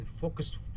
Focus